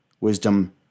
Wisdom